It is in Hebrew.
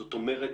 זאת אומרת,